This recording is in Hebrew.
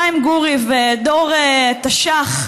חיים גורי ודור תש"ח,